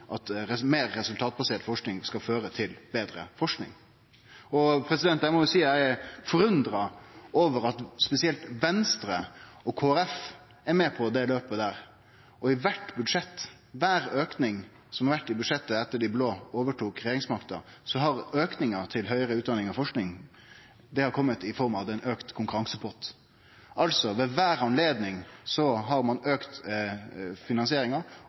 trur at meir resultatbasert forsking skal føre til betre forsking? Eg må seie at eg er forundra over at spesielt Venstre og Kristeleg Folkeparti er med på dette løpet. Og i kvart budsjett, kvar auke som har vore i budsjettet etter at dei blå tok over regjeringsmakta, har auken til høgare utdanning og forsking kome i form av at det er ein auka konkurransepott – altså: Ved kvart høve har ein auka finansieringa